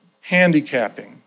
handicapping